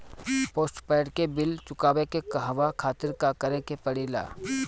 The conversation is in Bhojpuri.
पोस्टपैड के बिल चुकावे के कहवा खातिर का करे के पड़ें ला?